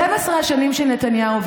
12 השנים של נתניהו,